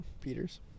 Peters